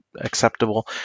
Acceptable